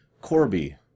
Corby